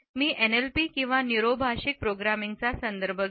मी NLP किंवा neuro भाषिक प्रोग्रामिंगचा संदर्भ घेईन